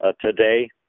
today